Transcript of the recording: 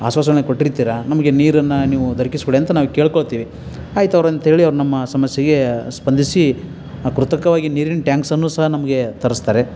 ಆಶ್ವಾಸನೆ ಕೊಟ್ಟಿರ್ತೀರ ನಮಗೆ ನೀರನ್ನು ನೀವು ದೊರಕಿಸಿಕೊಡಿ ಅಂತ ನಾವು ಕೇಳಿಕೊಳ್ತೀವಿ ಆಯ್ತು ಅವ್ರು ಅಂತೇಳಿ ಅವ್ರು ನಮ್ಮ ಸಮಸ್ಯೆಗೆ ಸ್ವಂದಿಸಿ ಕೃತಕವಾಗಿ ನೀರಿನ ಟಾಂಕ್ಸನ್ನು ಸಹ ನಮಗೆ ತರಿಸ್ತಾರೆ